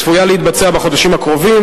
שצפויה בחודשים הקרובים,